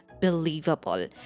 believable